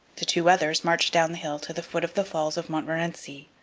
the two others marched down the hill to the foot of the falls of montmorency.